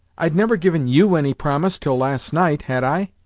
i'd never given you any promise till last night, had i?